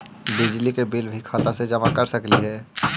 बिजली के बिल भी खाता से जमा कर सकली ही?